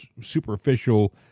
superficial